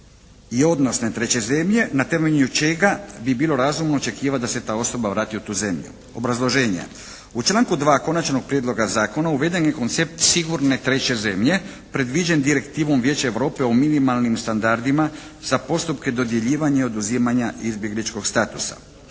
i odnosne treće zemlje na temelju čega bi bilo razumno očekivati da se ta osoba vrati u tu zemlju." Obrazloženje. U članku 2. Konačnog prijedloga Zakona uveden je koncept sigurne treće zemlje predviđen direktivom Vijeće Europe u minimalnim standardima za postupke dodjeljivanja i oduzimanja izbjegličkog statusa.